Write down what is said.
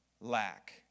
lack